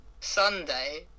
Sunday